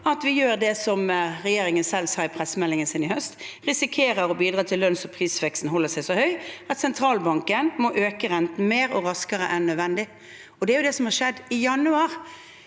at vi gjør det som regjeringen selv sa i pressemeldingen sin i høst; vi risikerer å bidra til at lønns- og prisveksten holder seg så høy at sentralbanken må øke renten mer og raskere enn nødvendig. Det var jo det som skjedde i januar.